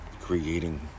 creating